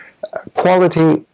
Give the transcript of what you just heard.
quality